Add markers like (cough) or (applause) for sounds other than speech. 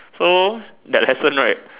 so that lesson right (noise)